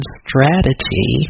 strategy